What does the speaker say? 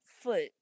foot